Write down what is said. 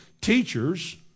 teachers